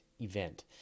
event